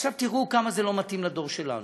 עכשיו, תראו כמה זה לא מתאים לדור שלנו.